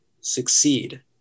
succeed